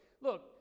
look